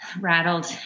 rattled